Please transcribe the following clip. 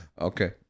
Okay